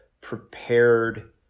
prepared